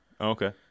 Okay